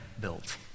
built